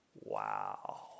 wow